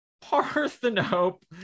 Parthenope